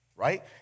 Right